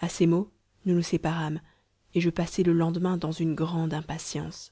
à ces mots nous nous séparâmes et je passai le lendemain dans une grande impatience